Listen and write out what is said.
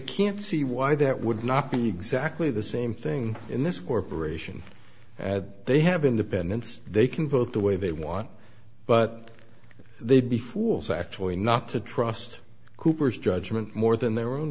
can't see why that would not be exactly the same thing in this corporation that they have independents they can vote the way they want but they'd be fools actually not to trust cooper's judgment more than their own